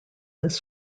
this